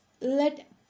Let